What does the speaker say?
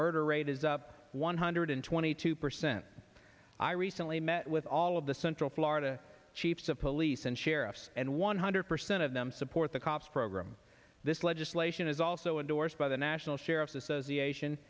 murder rate is up one hundred twenty two percent i recently met with all of the central florida chiefs of police and sheriffs and one hundred percent of them support the cops program this legislation is also endorsed by the national sheriffs association